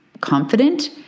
confident